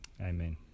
Amen